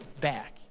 back